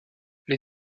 les